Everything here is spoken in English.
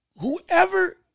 whoever